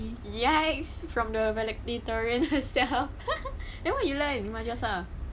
ya from the valedictorian itself then what you learn in madrasah